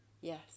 Yes